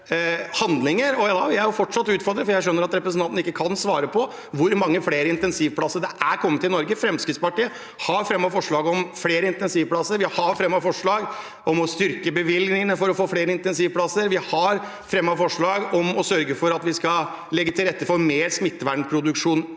det er kommet i Norge, for jeg skjønner at representanten ikke kan svare på det. Fremskrittspartiet har fremmet forslag om flere intensivplasser. Vi har fremmet forslag om å styrke bevilgningene for å få flere intensivplasser. Vi har fremmet forslag om å sørge for at vi skal legge til rette for mer smittevernproduksjon